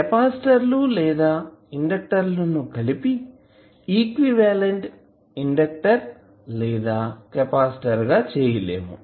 capacitor లు లేదా inductor లను కలిపి ఈక్వివలెంట్ ఇండక్టర్ లేదా కెపాసిటర్ గా చేయలేము